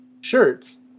shirts